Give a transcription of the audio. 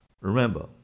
Remember